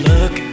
Look